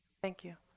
thank you.